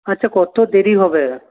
আচ্ছা কত দেরি হবে